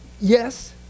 yes